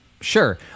sure